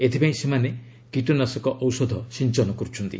ଏଥିପାଇଁ ସେମାନେ କୀଟନାଶକ ଔଷଧ ସିଞ୍ଚନ କରୁଛନ୍ତି